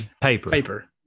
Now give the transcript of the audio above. paper